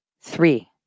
Three